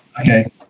Okay